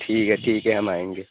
ٹھیک ہے ٹھیک ہے ہم آئیں گے